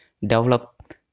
develop